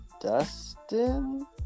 Dustin